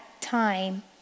time